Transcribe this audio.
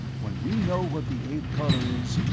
when we know what the eighth color is,